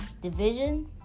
division